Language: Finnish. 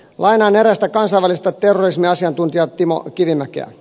lainaan erästä kansainvälistä terrorismiasiantuntijaa timo kivimäkeä